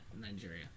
nigeria